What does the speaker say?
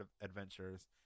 adventures